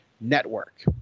Network